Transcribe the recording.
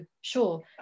sure